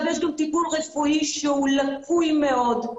יש גם טיפול רפואי שהוא לקוי מאוד.